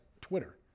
Twitter